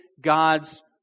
God's